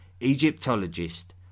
Egyptologist